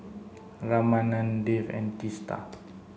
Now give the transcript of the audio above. Ramanand Dev and Teesta